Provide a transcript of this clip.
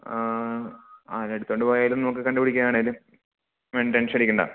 ആ ആരെടുത്തുകൊണ്ടുപോയാലും നമുക്ക് കണ്ടുപിടിക്കാനാണേലും മേഡം ടെന്ഷനടിക്കണ്ട